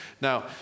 Now